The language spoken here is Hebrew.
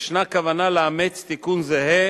ישנה כוונה לאמץ תיקון זהה